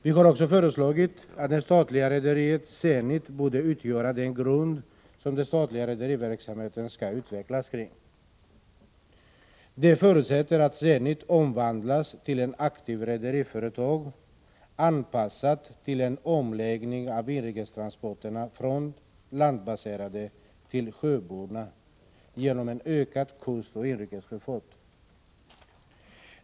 Vi har föreslagit att det statliga rederiet Zenit borde utgöra den grund som den statliga rederiverksamheten skall utvecklas kring. Det förutsätter att Zenit omvandlas till ett aktivt rederiföretag, anpassat till en omläggning av virkestransporterna från landbaserade till sjöburna genom en ökad kustoch inrikessjöfart.